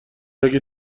اگه